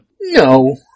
No